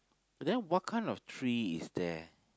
then what kind of tree is there